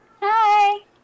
hi